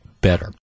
better